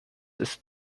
ist